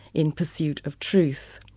in pursuit of truth.